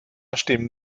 stimmen